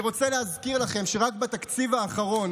אני רוצה להזכיר לכם שרק בתקציב האחרון